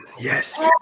Yes